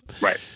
Right